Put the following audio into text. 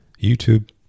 YouTube